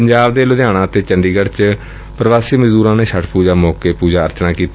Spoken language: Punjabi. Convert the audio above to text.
ਪੰਜਾਬ ਦੇ ਲੁਧਿਆਣਾ ਅਤੇ ਚੰਡੀਗੜ੍ਪ ਚ ਪ੍ਵਾਸੀ ਮਜ਼ਦੂਰਾਂ ਨੇ ਛਠ ਪੁਜਾ ਮੌਕੇ ਪੁਜਾ ਅਰਚਨਾ ਕੀਤੀ